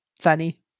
funny